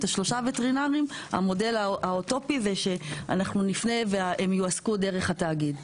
שלושה וטרינרים המודל האוטופי הוא שאנחנו נפנה והם יועסקו דרך התאגיד.